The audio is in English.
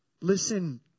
listen